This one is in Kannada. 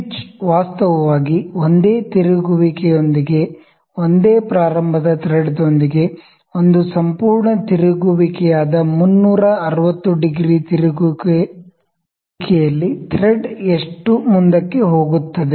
ಪಿಚ್ ವಾಸ್ತವವಾಗಿ ಒಂದೇ ತಿರುಗುವಿಕೆಯೊಂದಿಗೆ ಒಂದೇ ಪ್ರಾರಂಭದ ಥ್ರೆಡ್ ದೊಂದಿಗೆ ಒಂದು ಸಂಪೂರ್ಣ ತಿರುಗುವಿಕೆಯಾದ 360 ಡಿಗ್ರಿ ತಿರುಗು ವಿಕೆಯಲ್ಲಿ ಥ್ರೆಡ್ ಎಷ್ಟು ಮುಂದಕ್ಕೆ ಹೋಗುತ್ತದೆ